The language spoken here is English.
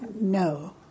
No